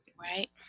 right